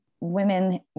women